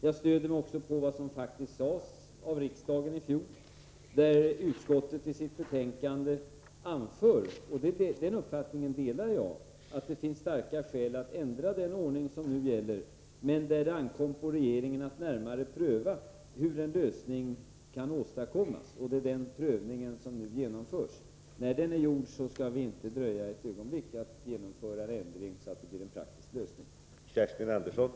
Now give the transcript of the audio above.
Jag stöder mig också på vad som faktiskt sades i riksdagen i fjol då utskottet i sitt betänkande anförde — och den uppfattningen delar jag — att det finns starka skäl att ändra den ordning som nu gäller, men att det ankom på regeringen att närmare pröva hur en lösning skulle kunna åstadkommas. Det är den prövningen som nu genomförs. När den är gjord skall vi inte dröja ett ögonblick med att genomföra en ändring, så att vi får en praktisk lösning.